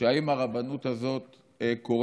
האם הרבנות הזאת,